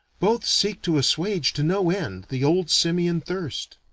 both seek to assuage to no end, the old simian thirst.